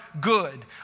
good